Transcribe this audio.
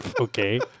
Okay